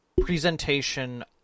presentation